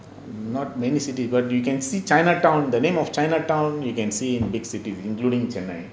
not many city but you can see chinatown the name of chinatown you can see in big cities including chennai